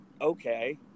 Okay